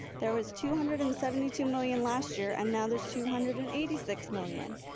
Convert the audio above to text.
there was two hundred and seventy two million last year, and now there's two hundred and eighty six million.